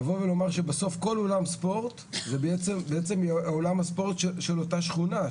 לבוא ולומר שבסוף כל אולם ספורט זה בעצם אולם הספורט של אותה שכונה,